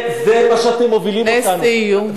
זה מה שאתם מובילים אותנו.